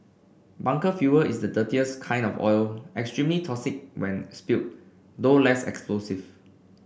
bunker fuel is the dirtiest kind of oil extremely toxic when spilled though less explosive